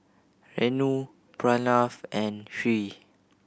Renu Pranav and Hri